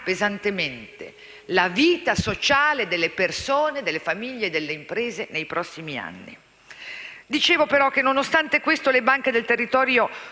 pesantemente la vita sociale delle persone, delle famiglie e delle imprese nei prossimi anni. Come dicevo, nonostante questo, le banche del territorio